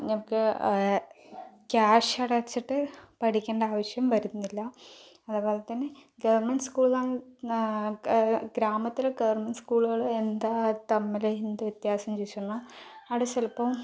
ഞങ്ങൾക്ക് ക്യാഷ് അടച്ചിട്ട് പഠിക്കേണ്ട ആവശ്യം വരുന്നില്ല അതേപോലെ തന്നെ ഗവൺമെൻറ് സ്കൂളിൽ ഗ്രാമത്തിലെ ഗവൺമെൻറ് സ്കൂളുകൾ എന്താ തമ്മിൽ എന്ത് വ്യത്യാസം എന്ന് ചോദിച്ച് വന്നാൽ അവിടെ ചിലപ്പോൾ